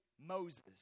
Moses